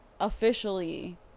officially